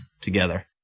together